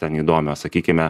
ten įdomios sakykime